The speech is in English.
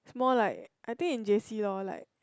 more like I think in j_c loh like